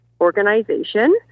organization